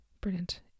Brilliant